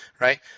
right